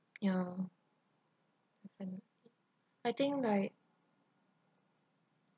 ya I think like